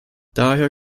daher